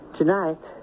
tonight